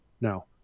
now